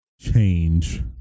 change